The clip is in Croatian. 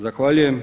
Zahvaljujem.